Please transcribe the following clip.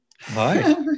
Hi